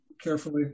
carefully